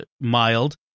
mild